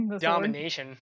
domination